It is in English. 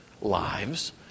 lives